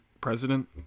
president